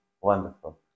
Wonderful